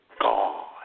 God